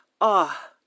Ah